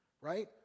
right